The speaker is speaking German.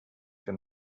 für